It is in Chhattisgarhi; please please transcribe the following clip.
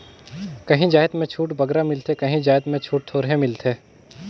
काहीं जाएत में छूट बगरा मिलथे काहीं जाएत में छूट थोरहें मिलथे